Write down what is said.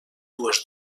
dues